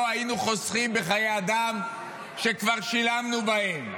לא היינו חוסכים בחיי אדם שכבר שילמנו בהם.